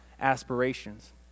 aspirations